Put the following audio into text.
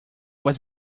was